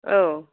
औ